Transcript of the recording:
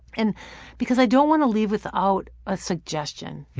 and because i don't want to leave without a suggestion.